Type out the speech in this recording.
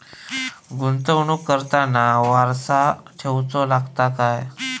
गुंतवणूक करताना वारसा ठेवचो लागता काय?